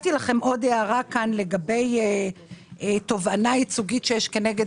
כתבתי לכם עוד הערה לגבי תובענה ייצוגית שיש כנגד